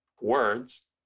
Words